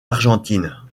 argentine